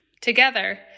Together